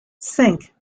cinq